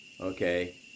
okay